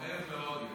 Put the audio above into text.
כואב מאוד.